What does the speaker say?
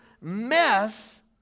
mess